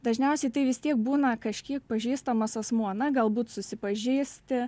dažniausiai tai vis tiek būna kažkiek pažįstamas asmuo na galbūt susipažįsti